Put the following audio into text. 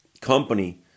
company